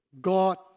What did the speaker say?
God